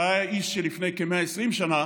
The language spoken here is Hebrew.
שהיה איש שלפני כ-120 שנה